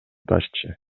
башчы